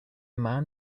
man